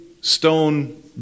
stone